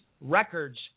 records